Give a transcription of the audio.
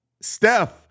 Steph